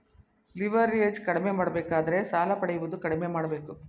leverage ಕಡಿಮೆ ಮಾಡಬೇಕಾದರೆ ಸಾಲ ಪಡೆಯುವುದು ಕಡಿಮೆ ಮಾಡಬೇಕು